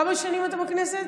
כמה שנים אתה בכנסת?